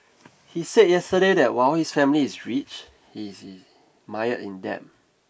he said yesterday that while his family is rich he is mired in debt